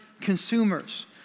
consumers